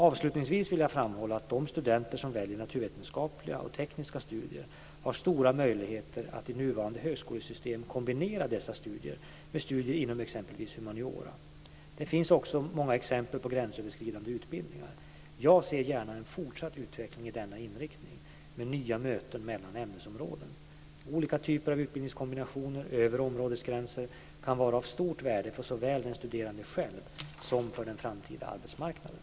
Avslutningsvis vill jag framhålla att de studenter som väljer naturvetenskapliga och tekniska studier har stora möjligheter att i nuvarande högskolesystem kombinera dessa studier med studier inom exempelvis humaniora. Det finns också många exempel på gränsöverskridande utbildningar. Jag ser gärna en fortsatt utveckling i denna riktning, med nya möten mellan ämnesområden. Olika typer av utbildningskombinationer över områdesgränser kan vara av stort värde för såväl den studerande själv som för den framtida arbetsmarknaden.